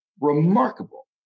remarkable